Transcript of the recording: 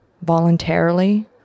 voluntarily